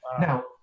Now